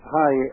hi